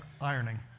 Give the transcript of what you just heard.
ironing